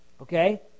Okay